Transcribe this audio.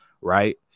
right